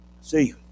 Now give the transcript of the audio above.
See